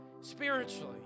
spiritually